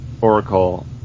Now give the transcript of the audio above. Oracle